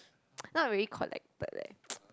not really collected leh